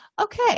okay